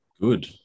Good